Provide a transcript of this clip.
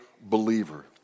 believer